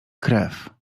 krew